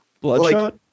Bloodshot